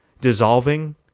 dissolving